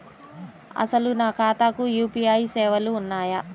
అసలు నా ఖాతాకు యూ.పీ.ఐ సేవలు ఉన్నాయా?